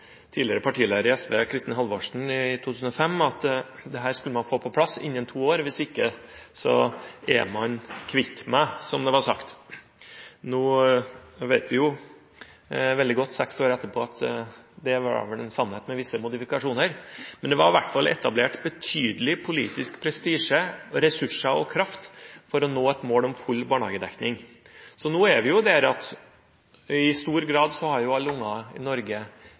tidligere partileder i SV Kristin Halvorsen i 2005 at dette skulle man få på plass innen to år, og hvis ikke er man «kvitt meg», som det ble sagt. Nå, seks år etterpå, vet vi veldig godt at det var en sannhet med visse modifikasjoner, men det var i hvert fall etablert betydelig politisk prestisje og kraft og betydelige ressurser for å nå målet om full barnehagedekning. Nå er vi kommet dit hen at alle barn i Norge i stor grad har barnehageplass. Men saken i dag viser at alle barn i Norge